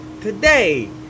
Today